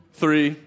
three